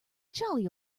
jolly